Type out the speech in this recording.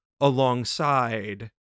alongside